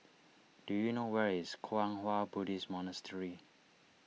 do you know where is Kwang Hua Buddhist Monastery